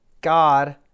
God